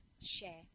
share